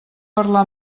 parlar